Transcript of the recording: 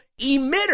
emitter